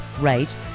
rate